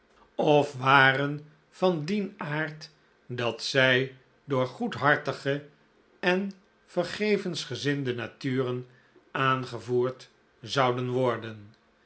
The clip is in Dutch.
of waren van dien aard dat zij door goedhartige en vergevensgezinde naturen aangevoerd zouden worden